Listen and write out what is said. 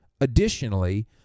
Additionally